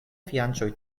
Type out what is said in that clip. fianĉoj